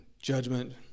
Judgment